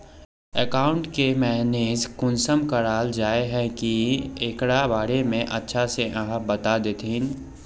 Account के manage कुंसम कराल जाय है की एकरा बारे में अच्छा से आहाँ बता देतहिन?